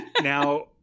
Now